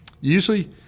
Usually